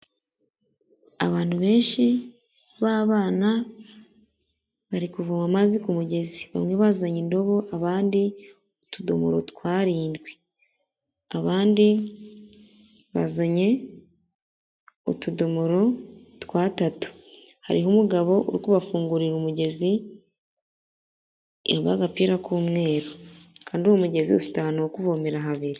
Abantu benshi b'abana bari kuvoma amazi ku mugezi, bamwe bazanye indobo abandi utudomoro tw'arindwi, abandi bazanye utudomoro tw'atatu, hariho umugabo uri kubafungurira umugezi yambaye agapira k'umweru kandi uwo mugezi ufite ahantu ho kuvomera habiri.